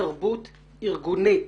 תרבות אירגונית